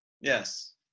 yes